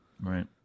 right